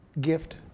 gift